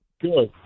Good